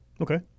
Okay